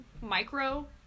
Micro